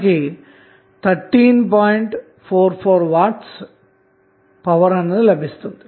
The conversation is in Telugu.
44W లభించింది